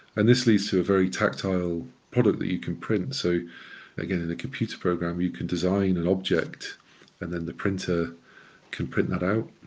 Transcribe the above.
and this leads to a very tactile product that you can print, so again in a computer program you can design an object and then the printer can print that out.